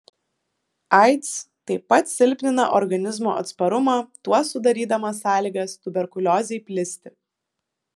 aids taip pat silpnina organizmo atsparumą tuo sudarydama sąlygas tuberkuliozei plisti